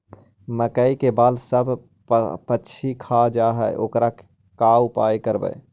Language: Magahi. मकइ के बाल सब पशी खा जा है ओकर का उपाय करबै?